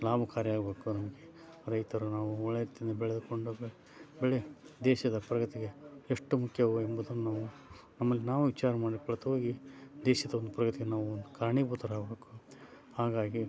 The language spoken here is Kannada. ಲಾಭಕಾರಿಯಾಗಬೇಕು ನಮಗೆ ರೈತರು ನಾವು ಒಳ್ಳೆಯ ರೀತಿಯಿಂದ ಬೆಳೆದುಕೊಂಡು ಬೆಳೆ ದೇಶದ ಪ್ರಗತಿಗೆ ಎಷ್ಟು ಮುಖ್ಯವು ಎಂಬುದನ್ನು ನಾವು ನಮಗೆ ನಾವೇ ವಿಚಾರ ಮಾಡಿಕೊಳ್ಳುತ್ತ ಹೋಗಿ ದೇಶದ ಒಂದು ಪ್ರಗತಿಗೆ ನಾವು ಕಾರಣೀಭೂತರಾಗಬೇಕು ಹಾಗಾಗಿ